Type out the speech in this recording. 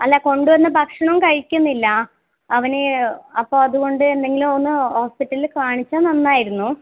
അല്ല കൊണ്ട് വരുന്ന ഭക്ഷണം കഴിക്കുന്നില്ല അവൻ അപ്പോൾ അതുകൊണ്ട് എന്തെങ്കിലും ഒന്ന് ഹോസ്പിറ്റലിൽ കാണിച്ചാൽ നന്നായിരുന്നു